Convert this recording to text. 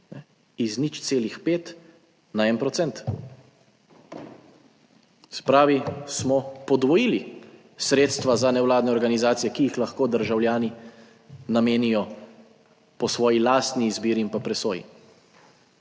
dvignila, iz 0,5 na 1 %. Se pravi, smo podvojili sredstva za nevladne organizacije, ki jih lahko državljani namenijo po svoji lastni izbiri in pa presoji.